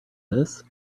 this